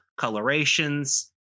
colorations